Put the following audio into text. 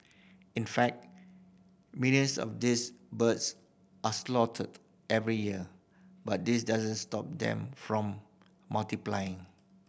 in fact millions of these birds are slaughtered every year but this doesn't stop them from multiplying